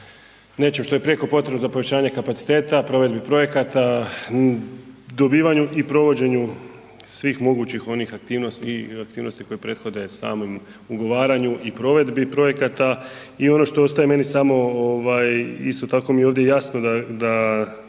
nečem što je prijeko potrebno za povećanje kapaciteta, provedbi projekata, dobivanju i provođenju svih mogućih onih aktivnosti i aktivnosti koje prethode samom ugovaranju i provedbi projekata. I ono to ostaje meni samo i isto tako mi je ovdje